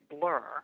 blur